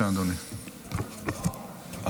התשפ"ד 2024,